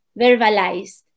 verbalized